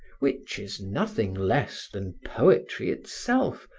which is nothing less than poetry itself,